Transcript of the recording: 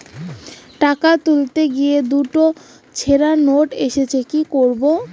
টাকা তুলতে গিয়ে দুটো ছেড়া নোট এসেছে কি করবো?